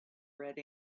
red